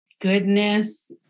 goodness